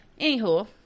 Anywho